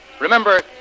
Remember